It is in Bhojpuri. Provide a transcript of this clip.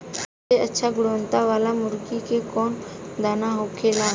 सबसे अच्छा गुणवत्ता वाला मुर्गी के कौन दाना होखेला?